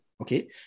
Okay